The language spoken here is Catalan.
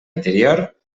anterior